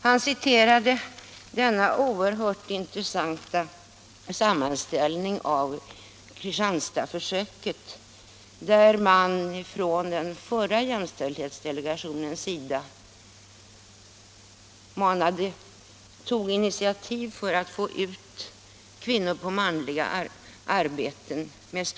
Han citerade den oerhört intressanta sammanställningen av Kristianstadsprojektet, där den förra jämställdhetsdelegationen med stor framgång tog initiativ för att få ut kvinnor i manliga arbeten.